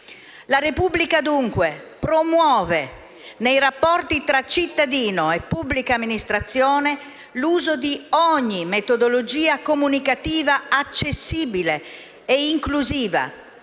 La Repubblica dunque promuove nei rapporti tra cittadino e pubblica amministrazione l'uso di ogni metodologia comunicativa accessibile e inclusiva,